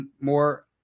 more